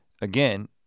again